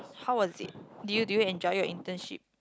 how was it did you did you enjoy your internship